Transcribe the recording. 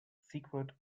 secret